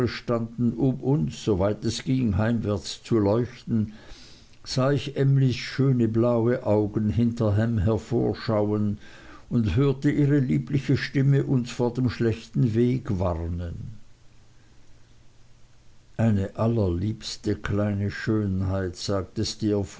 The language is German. um uns soweit es ging heimwärts zu leuchten sah ich emlys schöne blaue augen hinter ham hervorschauen und hörte ihre liebliche stimme uns vor dem schlechten weg warnen eine allerliebste kleine schönheit sagte steerforth